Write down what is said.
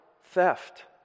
theft